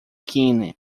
keen